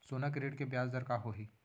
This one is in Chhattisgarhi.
सोना के ऋण के ब्याज दर का होही?